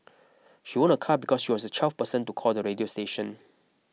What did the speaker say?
she won a car because she was the twelfth person to call the radio station